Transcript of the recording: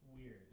weird